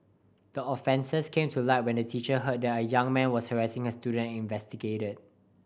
the offences came to light when a teacher heard that a young man was harassing her students and investigated